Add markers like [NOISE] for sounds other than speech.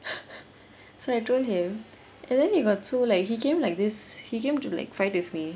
[LAUGHS] so I told him and then he got like so like he came like this he came to like fight with me